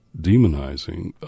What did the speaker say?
demonizing